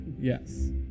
Yes